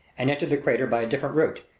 and entered the crater by a different route.